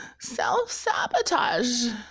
Self-sabotage